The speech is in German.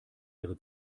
ihre